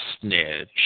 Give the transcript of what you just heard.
snitch